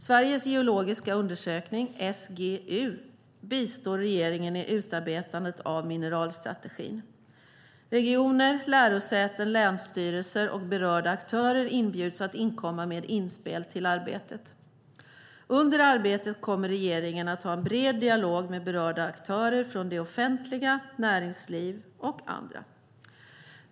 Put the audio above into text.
Sveriges geologiska undersökning, SGU, bistår regeringen i utarbetandet av mineralstrategin. Regioner, lärosäten, länsstyrelser och berörda aktörer inbjuds att inkomma med inspel till arbetet. Under arbetet kommer regeringen att ha en bred dialog med berörda aktörer från det offentliga, näringsliv och andra berörda aktörer.